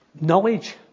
Knowledge